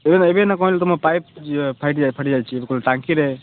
ଏବେ ଏବେ ନ କହିଲ ତୁମ ପାଇପ୍ ଫାଟି ଫାଟିଯାଇଛି ତ ଟାଙ୍କିରେ